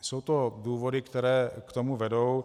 Jsou to důvody, které k tomu vedou.